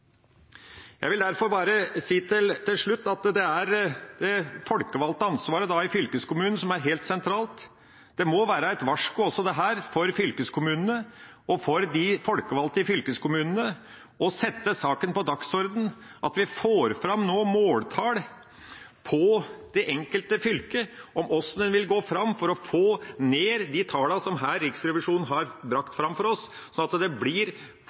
Jeg vil derfor bare si til slutt at de folkevalgtes ansvar, da i fylkeskommunene, er helt sentralt. Det må også være et varsko til fylkeskommunene og de folkevalgte i fylkeskommunene om å sette saken på dagsordenen. Vi må få fram måltall for det enkelte fylke og hvordan man vil gå fram for å få ned de tallene som Riksrevisjonen her har frambrakt for oss, slik at det blir